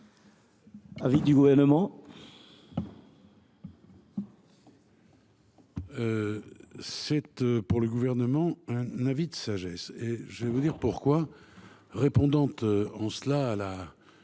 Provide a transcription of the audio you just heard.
l’avis du Gouvernement ?